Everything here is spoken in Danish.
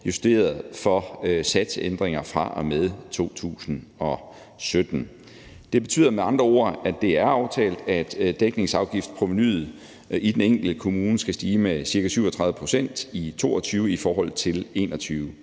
justeret for satsændringer fra og med 2017. Det betyder med andre ord, at det er aftalt, at dækningsafgiftsprovenuet i den enkelte kommune skal stige med ca. 37 pct. i 2022 i forhold til 2021.